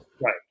Right